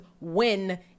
win